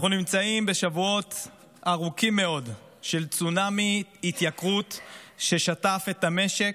אנחנו נמצאים בשבועות ארוכים מאוד של צונאמי התייקרות ששטף את המשק.